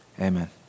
amen